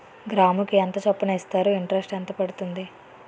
గ్రాముకి ఎంత చప్పున ఇస్తారు? ఇంటరెస్ట్ ఎంత పడుతుంది?